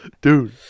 Dude